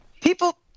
people